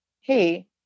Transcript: Hey